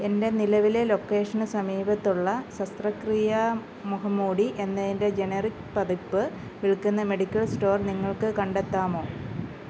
എൻ്റെ നിലവിലെ ലൊക്കേഷന് സമീപത്തുള്ള ശസ്ത്രക്രിയ മുഖംമൂടി എന്നതിൻ്റെ ജനറിക് പതിപ്പ് വിൽക്കുന്ന മെഡിക്കൽ സ്റ്റോർ നിങ്ങൾക്ക് കണ്ടെത്താമോ